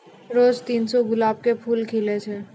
रोज तीन सौ गुलाब के फूल खिलै छै